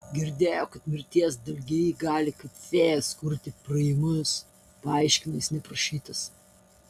girdėjau kad mirties dalgiai gali kaip fėjos kurti praėjimus paaiškina jis neprašytas